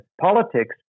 politics